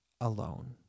alone